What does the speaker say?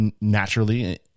naturally